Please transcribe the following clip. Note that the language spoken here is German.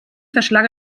verschlang